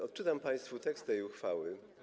Odczytam państwu tekst tej uchwały.